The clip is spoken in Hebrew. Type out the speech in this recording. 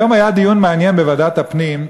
היום היה דיון מעניין בוועדת הפנים,